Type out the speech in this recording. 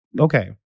okay